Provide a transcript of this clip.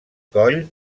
coll